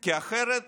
כי אחרת